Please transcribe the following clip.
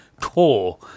core